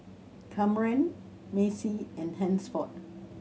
Camren Macy and Hansford